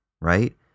right